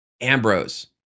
Ambrose